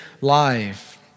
life